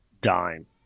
dime